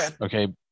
Okay